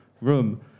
Room